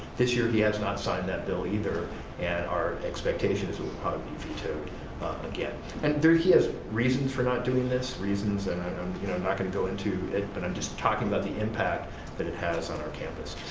this year he has not signed that bill either and our expectation is it will probably be vetoed again and he has reasons for not doing this, reasons and i'm um you know not going to go into it, but i'm just talking about the impact that it has on our campus.